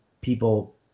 people